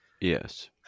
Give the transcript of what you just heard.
Yes